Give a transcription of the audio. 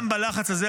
גם בלחץ הזה,